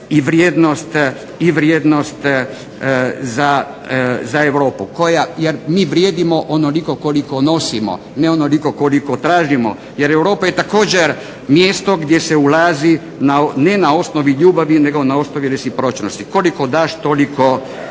i vrijednost za Europu. Jer mi vrijedimo onoliko koliko nosimo, ne onoliko koliko tražimo jer Europa je također mjesto gdje se ulazi ne na osnovi ljubavi nego na osnovi recipročnosti. Koliko daš toliko i